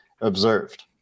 observed